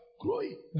Growing